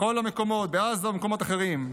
בכל המקומות, בעזה ובמקומות אחרים.